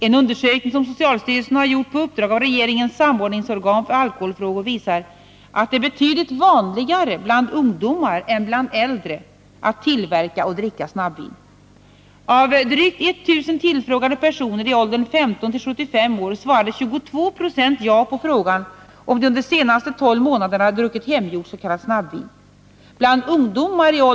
En undersökning som socialstyrelsen har gjort på uppdrag av regeringens samordningsorgan för alkoholfrågor visar att det är betydligt vanligare bland ungdomar än bland äldre att tillverka och att dricka snabbvin.